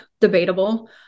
debatable